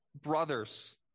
brothers